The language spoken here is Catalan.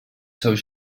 seus